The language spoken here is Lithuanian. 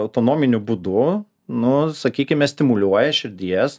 autonominiu būdu nu sakykime stimuliuoja širdies